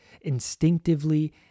instinctively